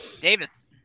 Davis